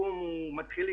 שלום לכולם.